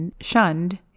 shunned